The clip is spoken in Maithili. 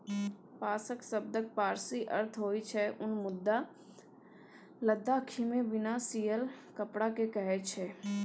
पाश्म शब्दक पारसी अर्थ होइ छै उन मुदा लद्दाखीमे बिना सियल कपड़ा केँ कहय छै